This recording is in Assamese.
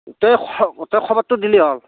তো তই খবৰটো দিলেই হ'ল